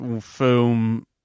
film